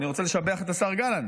ואני רוצה לשבח את השר גלנט,